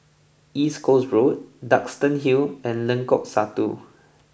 East Coast Road Duxton Hill and Lengkok Satu